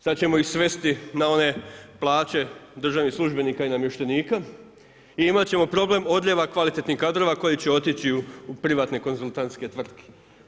Sad ćemo ih svesti na one plaće državnih službenika i namještenika i imati ćemo problem odljeva kvalitetnih kadrova koji će otići u privatne konzultantske tvrtke.